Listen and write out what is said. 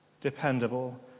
dependable